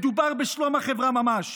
מדובר בשלום החברה ממש.